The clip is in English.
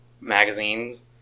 magazines